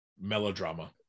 melodrama